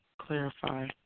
clarify